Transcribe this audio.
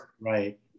Right